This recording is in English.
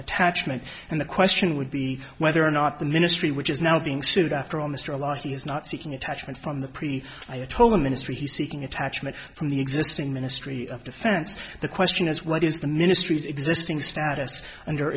attachment and the question would be whether or not the ministry which is now being sued after all mr law he is not seeking attachment from the pre ayatollah ministry he's seeking attachment from the existing ministry of defense the question is what is the ministry's existing status under